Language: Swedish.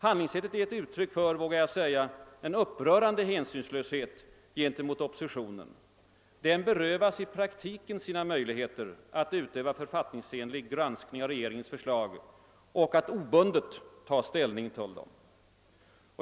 Handlingssättet är, vågar jag säga, ett uttryck för en upprörande hänsynslöshet gentemot oppositionen; den berövas i praktiken sina möjligheter att utöva författningsenlig granskning av regeringens förslag och att obundet ta ställning till dem.